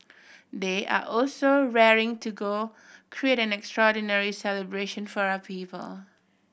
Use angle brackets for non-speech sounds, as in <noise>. <noise> they are also raring to go create an extraordinary celebration for our people